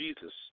Jesus